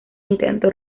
intentó